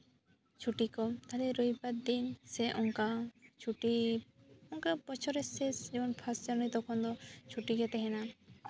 ᱪᱷᱩᱴᱤ ᱠᱚ ᱛᱟᱦᱚᱞᱮ ᱨᱚᱵᱤᱵᱟᱨ ᱫᱤᱱ ᱥᱮ ᱪᱷᱩᱴᱤ ᱚᱱᱠᱟ ᱵᱚᱪᱷᱚᱨ ᱨᱮᱥᱮ ᱡᱮᱢᱚᱱ ᱯᱷᱟᱥ ᱡᱟᱱᱩᱣᱟᱨᱤ ᱛᱚᱠᱷᱚᱱ ᱫᱚ ᱪᱷᱩᱴᱤ ᱜᱮ ᱛᱟᱦᱮᱱᱟ